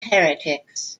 heretics